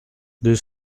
deux